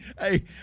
Hey